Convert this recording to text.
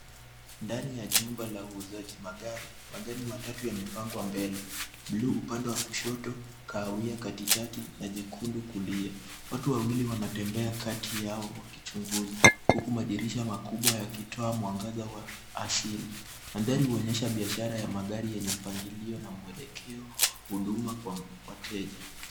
Ndani ya jumba la uuzaji magari, magari matatu yamepangwa mbele, bluu upande wa kushoto, kahawia katikati na jekundu kulia. Watu wawili wanatembea kati yao wakichunguza huku madirisha makubwa yakitoa mwangaza wa asili. Mandhari huonyesha biashara ya magari yenye mpangilio na mwelekeo, huduma kwa wateja.